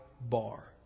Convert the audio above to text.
bar